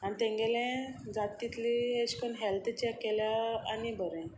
आनी तांगेलें जाता तितलें अशें करून हेल्थ चॅक केल्या आनी बरें